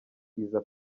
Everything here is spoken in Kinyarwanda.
iza